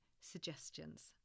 suggestions